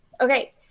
okay